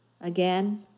again